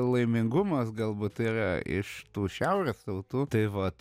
laimingumas galbūt yra iš tų šiaurės tautų tai vat